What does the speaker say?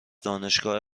دانشگاه